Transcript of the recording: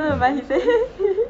you don't say